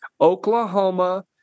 Oklahoma